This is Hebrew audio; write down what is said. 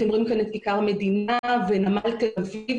אתם רואים כאן את כיכר המדינה ואת נמל תל אביב,